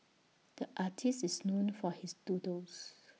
the artist is known for his doodles